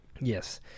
Yes